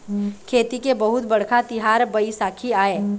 खेती के बहुत बड़का तिहार बइसाखी आय